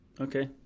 Okay